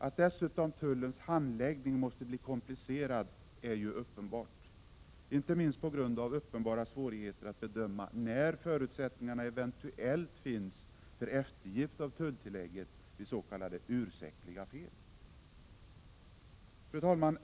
Att dessutom tullens handläggning måste bli komplicerad är ju uppenbart, inte minst på grund av de påtagliga svårigheterna att bedöma när förutsättningar eventuellt finns för eftergift av tulltillägget vid s.k. ursäktliga fel. Fru talman!